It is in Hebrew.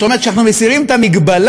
זאת אומרת שאנחנו מסירים את המגבלה.